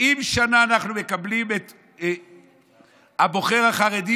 70 שנה אנחנו מקבלים את הבוחר החרדי,